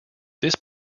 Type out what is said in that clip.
this